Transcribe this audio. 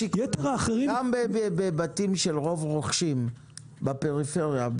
גם בבתים של רוב רוכשים בפריפריה,